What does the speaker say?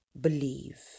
believe